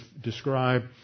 describe